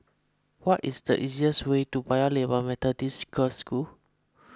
what is the easiest way to Paya Lebar Methodist Girls' School